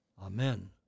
Amen